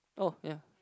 oh ya